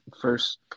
first